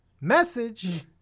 message